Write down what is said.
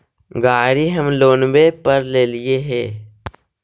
गाड़ी हम लोनवे पर लेलिऐ हे?